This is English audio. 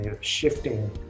shifting